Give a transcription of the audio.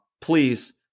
please